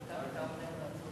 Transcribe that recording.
להעביר את הנושא